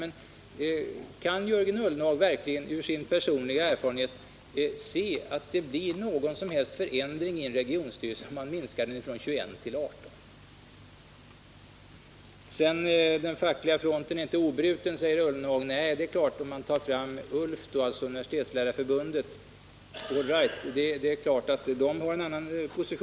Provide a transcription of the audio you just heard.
Men kan Jörgen Ullenhag verkligen med sin personliga erfarenhet se att det blir någon som helst förändring i en regionstyrelse om man minskar antalet ledamöter från 21 till 18? Den fackliga fronten är inte obruten, säger Jörgen Ullenhag. Nej. det är klart attt.ex. Universitetslärarförbundet, ULF, har en annan åsikt.